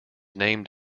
named